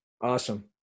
awesome